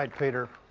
like peter.